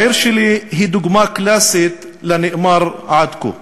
העיר שלי היא דוגמה קלאסית לנאמר עד כה: